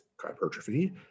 hypertrophy